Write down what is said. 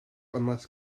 unless